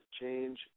change